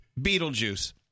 Beetlejuice